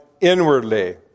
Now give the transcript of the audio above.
inwardly